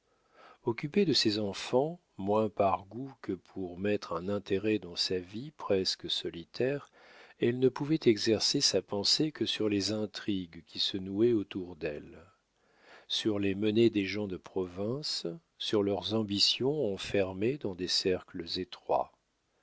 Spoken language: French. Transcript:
occupée de ses enfants moins par goût que pour mettre un intérêt dans sa vie presque solitaire elle ne pouvait exercer sa pensée que sur les intrigues qui se nouaient autour d'elle sur les menées des gens de province sur leurs ambitions enfermées dans des cercles étroits